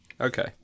Okay